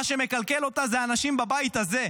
מה שמקלקל אותה זה האנשים בבית הזה.